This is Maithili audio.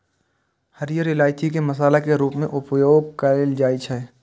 हरियर इलायची के मसाला के रूप मे उपयोग कैल जाइ छै